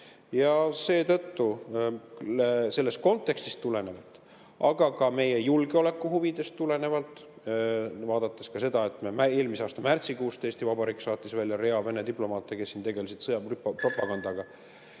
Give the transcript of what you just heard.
muuta. Sellest kontekstist tulenevalt, aga ka meie julgeolekuhuvidest tulenevalt ja vaadates ka seda, et eelmise aasta märtsikuus Eesti Vabariik saatis välja rea Vene diplomaate, kes tegelesid sõjapropagandaga,